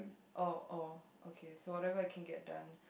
oh oh okay so whatever I can get done